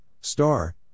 star